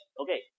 Okay